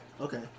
Okay